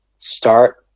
start